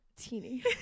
teeny